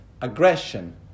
aggression